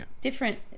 different